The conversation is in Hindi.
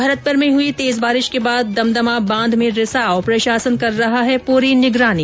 भरतपुर में हुई तेज बारिष के बाद दमदमा बांध में रिसाव प्रशासन कर रहा है पूरी निगरानी